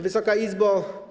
Wysoka Izbo!